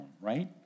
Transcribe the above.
right